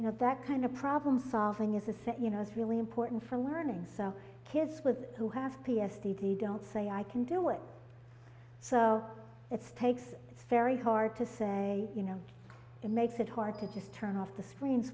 you know that kind of problem solving is a set you know is really important for learning so kids with who have p s t they don't say i can do it so it's takes it's very hard to say you know it makes it hard to just turn off the screen